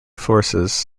forces